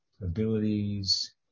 abilities